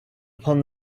upon